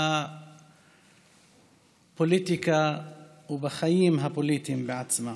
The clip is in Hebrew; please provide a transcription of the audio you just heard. בפוליטיקה ובחיים הפוליטיים עצמם.